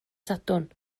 sadwrn